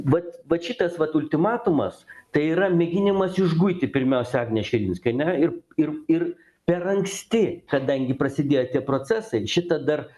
vat vat šitas vat ultimatumas tai yra mėginimas išguiti pirmiausia agnę širinskienę ir ir ir per anksti kadangi prasidėjo tie procesai šita dar